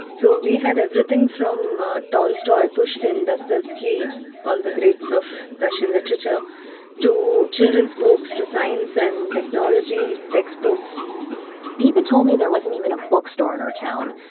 we had everything from ah tolstoy, pushkin, dostoevsky all the greats of russian literature to children's books, to science and technology textbooks deepa told me there wasn't even a bookstore in her town,